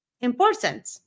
important